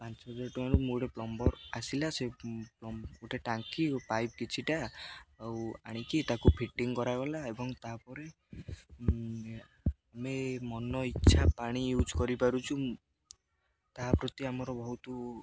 ପାଞ୍ଚହଜାର ଟଙ୍କାରୁ ମୁଁ ଗୋଟେ ପ୍ଲମ୍ବର ଆସିଲା ସେ ଗୋଟେ ଟାଙ୍କି ଓ ପାଇପ୍ କିଛିଟା ଆଉ ଆଣିକି ତାକୁ ଫିଟିଂ କରାଗଲା ଏବଂ ତାପରେ ଆମେ ମନ ଇଚ୍ଛା ପାଣି ୟୁଜ୍ କରିପାରୁଛୁ ତାହା ପ୍ରତି ଆମର ବହୁତ